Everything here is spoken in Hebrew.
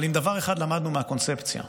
אבל מדבר אחד למדנו מהקונספציה,